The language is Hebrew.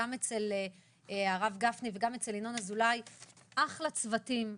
וגם אצל הרב גפני וגם אצל ינון אזולאי - אחלה צוותים,